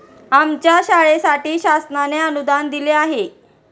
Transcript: आमच्या शाळेसाठी शासनाने अनुदान दिले आहे